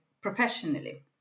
professionally